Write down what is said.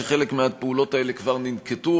שחלק מהפעולות האלה כבר ננקטו,